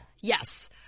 Yes